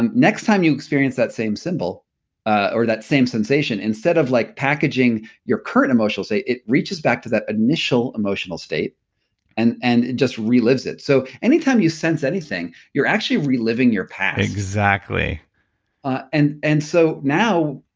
um next time you experience that same symbol ah or that same sensation, instead of like packaging your current emotional state, it reaches back to that initial emotional state and and and just relives it. so anytime you sense anything, you're actually reliving your past exactly ah and and so now,